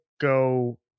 go